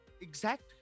exact